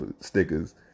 stickers